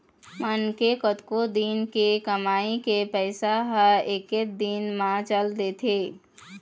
मनखे के कतको दिन के कमई के पइसा ह एके दिन म चल देथे